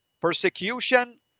persecution